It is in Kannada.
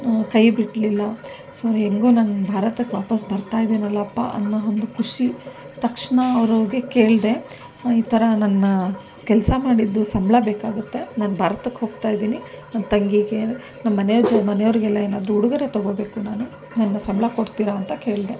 ಕೈ ಬಿಡಲಿಲ್ಲ ಸೊ ಹೇಗೋ ನಾನು ಭಾರತಕ್ಕೆ ವಾಪಸ್ಸು ಬರ್ತಾಯಿದ್ದೀನಲ್ಲಪ್ಪ ಅನ್ನೋ ಒಂದು ಖುಷಿ ತಕ್ಷಣ ಅವ್ರಿಗೆ ಕೇಳಿದೆ ಈ ಥರ ನನ್ನ ಕೆಲಸ ಮಾಡಿದ್ದು ಸಂಬಳ ಬೇಕಾಗುತ್ತೆ ನಾನು ಭಾರತಕ್ಕೆ ಹೋಗ್ತಾಯಿದ್ದೀನಿ ನನ್ನ ತಂಗಿಗೆ ನಮ್ಮನೆ ಮನೆಯವರಿಗೆಲ್ಲ ಏನಾದರೂ ಉಡುಗೊರೆ ತೊಗೊಳ್ಬೇಕು ನಾನು ನನ್ನ ಸಂಬಳ ಕೊಡ್ತೀರಾ ಅಂತ ಕೇಳಿದೆ